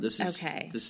Okay